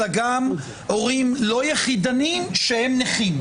אלא גם הורים לא יחידניים שהם נכים,